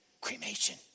Cremation